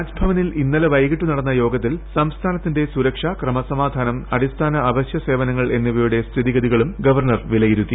രാജ്ഭവനിൽ ഇന്നലെ വൈകിട്ട് നടന്ന യോഗത്തിൽ സംസ്ഥാനത്തിന്റെ സുരക്ഷ ക്രമസമാധാനം അടിസ്ഥാന അവശ്യ സേവനങ്ങൾ എന്നിവയുടെ സ്ഥിതിഗതികളും ഗവർണ്ണർ വിലയിരുത്തി